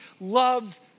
loves